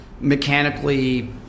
mechanically